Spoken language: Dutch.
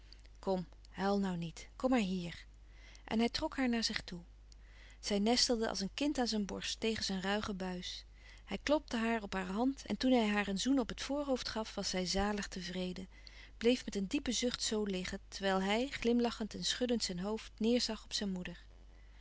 kom huil nou niet kom maar hier en hij trok haar naar zich toe zij nestelde als een kind aan zijn borst tegen zijn ruige buis hij klopte haar op haar hand en toen hij haar een zoen op het voorhoofd gaf was zij zalig tevreden bleef met een diepen zucht zoo liggen terwijl hij glimlachend en schuddend zijn hoofd neêrzag op zijn moeder